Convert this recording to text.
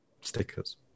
stickers